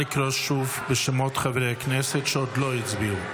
נא לקרוא שוב בשמות חברי הכנסת שעוד לא הצביעו.